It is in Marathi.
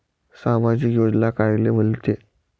सामाजिक योजना कायले म्हंते?